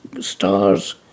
stars